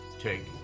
Take